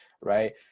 right